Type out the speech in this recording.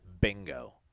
Bingo